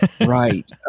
right